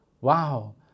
Wow